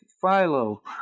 Philo